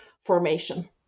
formation